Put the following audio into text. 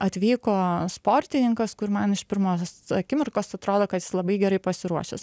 atvyko sportininkas kur man iš pirmos akimirkos atrodo kad jis labai gerai pasiruošęs